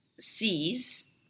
sees